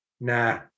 nah